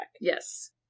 Yes